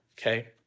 Okay